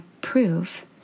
prove